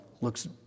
looks